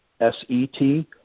S-E-T